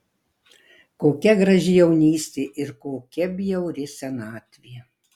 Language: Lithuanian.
kokia graži jaunystė ir kokia bjauri senatvė